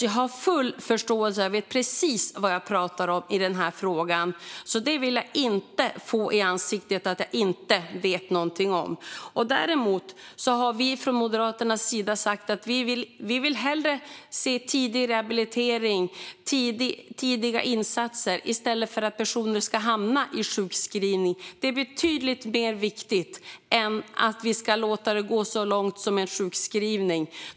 Jag har full förståelse och vet precis vad jag pratar om i denna fråga, så jag vill inte få det i ansiktet att jag inte vet något om det. Däremot har vi från Moderaterna sagt att vi hellre vill se tidig rehabilitering och tidiga insatser än att personer ska hamna i sjukskrivning. Detta är betydligt mer viktigt än att låta det gå så långt som till en sjukskrivning.